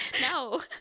no